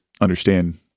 understand